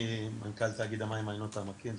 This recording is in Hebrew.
אני מנכ"ל תאגיד המים מעיינות העמקים,